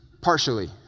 partially